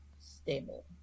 stable